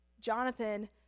Jonathan